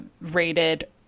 rated